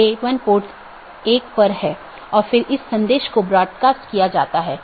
तो autonomous system या तो मल्टी होम AS या पारगमन AS हो सकता है